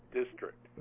district